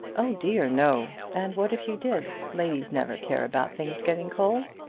oh, dear, no. and what if you did? ladies never care about things getting cold.